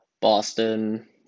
Boston